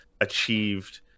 achieved